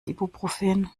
ibuprofen